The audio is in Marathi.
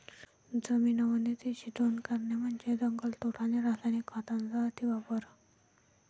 जमीन अवनतीची दोन कारणे म्हणजे जंगलतोड आणि रासायनिक खतांचा अतिवापर